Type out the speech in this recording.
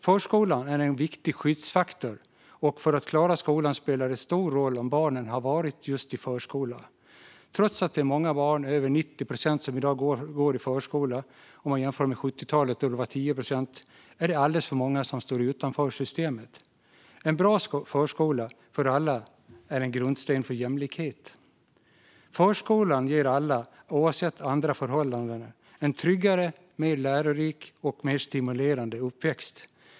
Förskolan är en viktig skyddsfaktor, och för att klara skolan spelar det stor roll om barnen har varit i förskolan. Trots att över 90 procent av alla barn går i förskolan - vilket kan jämföras med 70-talet då det var 10 procent - är det alldeles för många som står utanför. En bra förskola för alla är en grundsten för jämlikhet. Förskolan ger alla - oavsett andra förhållanden - en tryggare, mer lärorik och mer stimulerande uppväxt.